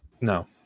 No